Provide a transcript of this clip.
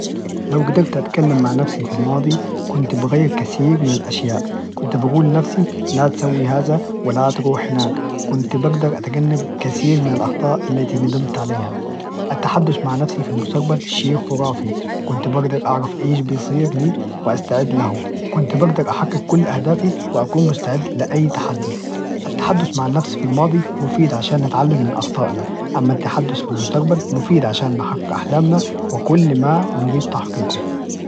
لو قدرت أتكلم مع نفسي في الماضي كنت بغير كثير من الأشياء، كنت بقول لنفسي لا تسوي هذا ولا تروح هناك كنت بقدر أتجنب كثير من الأخطاء التي ندمت عليها، التحدث مع نفسي في المستقبل شيء خرافي، كنت بقدر أعرف إيش بيصير لي وأستعد له، كنت بقدر أحكي كل أهدافي وأكون مستعد لأي تحدي، التحدث مع نفسي في الماضي مفيد عشان نتعلم من أخطائنا، أما التحدث في المستقبل مفيد عشان نحقق أحلامنا وكل ما نريد تحقيقه.